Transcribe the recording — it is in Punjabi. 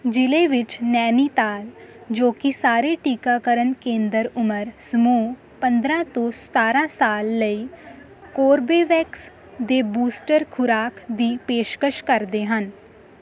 ਜ਼ਿਲ੍ਹੇ ਵਿੱਚ ਨੈਨੀਤਾਲ ਜੋ ਕਿ ਸਾਰੇ ਟੀਕਾਕਰਨ ਕੇਂਦਰ ਉਮਰ ਸਮੂਹ ਪੰਦਰਾਂ ਤੋਂ ਸਤਾਰਾਂ ਸਾਲ ਲਈ ਕੋਰਬੇਵੈਕਸ ਦੇ ਬੂਸਟਰ ਖੁਰਾਕ ਦੀ ਪੇਸ਼ਕਸ਼ ਕਰਦੇ ਹਨ